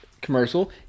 commercial